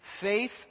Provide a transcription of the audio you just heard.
faith